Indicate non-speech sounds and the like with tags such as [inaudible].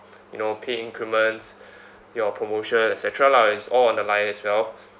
[breath] you know pay increments [breath] your promotion et cetera lah it's all on the line as well